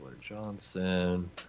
Johnson